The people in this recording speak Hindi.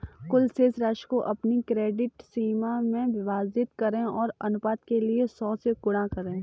कुल शेष राशि को अपनी कुल क्रेडिट सीमा से विभाजित करें और अनुपात के लिए सौ से गुणा करें